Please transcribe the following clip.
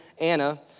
Anna